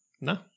No